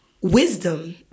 wisdom